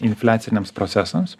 infliaciniams procesams